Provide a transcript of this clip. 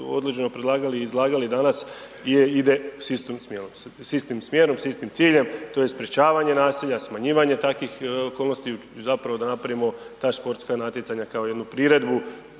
određeno predlagali i izlagali danas je, ide s istim smjerom, s istim smjerom, s istim ciljem, to je sprječavanje nasilja, smanjivanje takvih okolnosti i zapravo da napravimo ta sportska natjecanja kao jednu priredbu